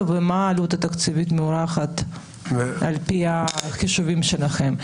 ומה העלות התקציבית המוערכת על פי החישובים שלכם.